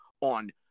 on